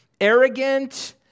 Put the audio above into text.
arrogant